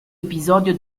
episodio